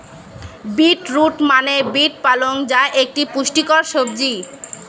beet root মানে beet পালং যা একটি পুষ্টিকর সবজি